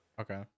Okay